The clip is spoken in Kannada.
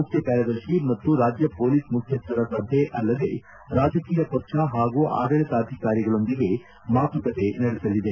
ಮುಖ್ಯಕಾರ್ಯದರ್ಶಿ ಮತ್ತು ರಾಜ್ಯ ಪೊಲೀಸ್ ಮುಖ್ಯಸ್ಥರ ಸಭೆ ಅಲ್ಲದೆ ರಾಜಕೀಯ ಪಕ್ಷ ಹಾಗೂ ಆಡಳಿತಾಧಿಕಾರಿಗಳೊಂದಿಗೆ ಮಾತುಕತೆ ನಡೆಸಲಿದೆ